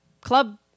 club